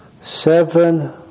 Seven